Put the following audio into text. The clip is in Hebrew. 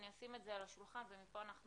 ואני אשים את זה על השולחן ומפה אנחנו